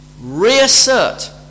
reassert